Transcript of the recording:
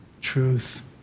truth